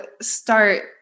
start